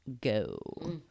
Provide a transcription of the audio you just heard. go